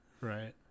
Right